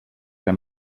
que